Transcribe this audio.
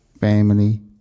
family